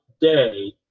day